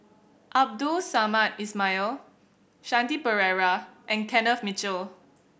Abdul Samad Ismail Shanti Pereira and Kenneth Mitchell